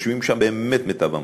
יושבים שם באמת מיטב המוחות,